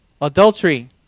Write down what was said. adultery